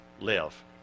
live